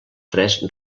tres